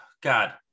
god